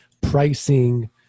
pricing